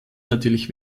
natürlich